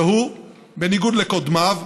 והוא, בניגוד לקודמיו,